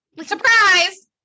Surprise